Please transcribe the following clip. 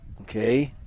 Okay